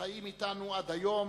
חיים אתנו עד היום,